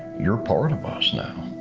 you're part of us now.